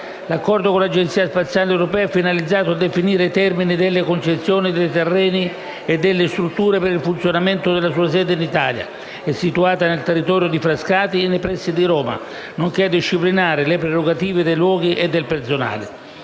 L'accordo con l'Agenzia spaziale europea è finalizzato a definire i termini delle concessioni dei terreni e delle strutture per il funzionamento della sua sede in Italia, situata nel territorio di Frascati, nei pressi di Roma, nonché a disciplinare le prerogative dei luoghi e del personale.